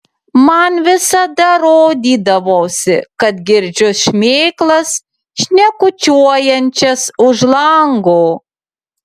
man visada rodydavosi kad girdžiu šmėklas šnekučiuojančias už lango